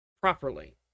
properly